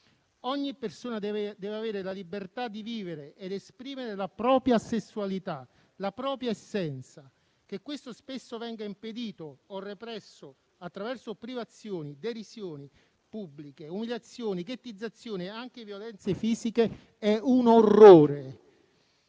ogni persona deve avere la libertà di vivere ed esprimere la propria sessualità, la propria essenza. Che questo spesso venga impedito o represso attraverso privazioni, derisioni, pubbliche umiliazioni, ghettizzazione e anche violenze fisiche è un orrore.